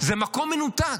זה מקום מנותק.